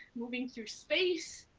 moving through space.